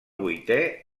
vuitè